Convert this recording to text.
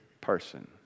person